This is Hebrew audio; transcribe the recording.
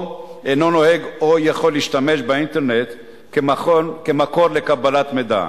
או אינם נוהגים או יכולים להשתמש באינטרנט כמקור לקבלת מידע.